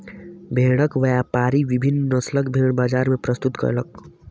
भेड़क व्यापारी विभिन्न नस्लक भेड़ बजार मे प्रस्तुत कयलक